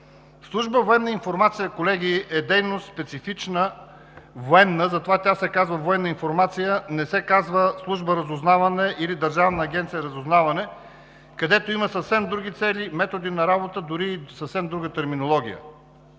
Служба „Военна информация“, колеги, е специфична военна дейност. Затова тя се казва „Военна информация“, а не се казва Служба „Разузнаване“ или Държавна агенция „Разузнаване“, където имат съвсем други цели, методи на работа, дори съвсем друга терминология.